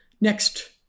Next